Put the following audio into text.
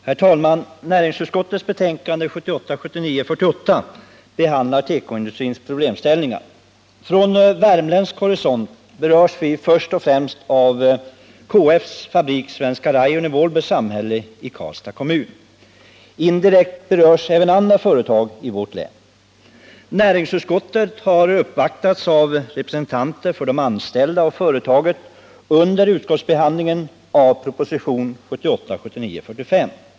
Herr talman! Näringsutskottets betänkande 1978 79:45.